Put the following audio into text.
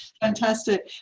fantastic